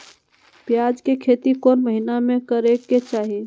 प्याज के खेती कौन महीना में करेके चाही?